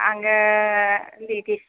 आंनो लेडिस